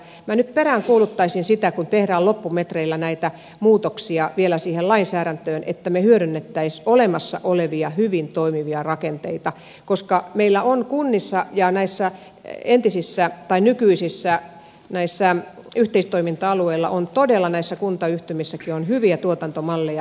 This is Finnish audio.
minä nyt peräänkuuluttaisin sitä kun tehdään loppumetreillä näitä muutoksia vielä siihen lainsäädäntöön että me hyödyntäisimme olemassa olevia hyvin toimivia rakenteita koska meillä on kunnissa ja nykyisillä yhteistoiminta alueilla näissä kuntayhtymissäkin todella hyviä tuotantomalleja